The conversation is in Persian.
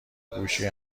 گوشی